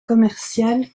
commercial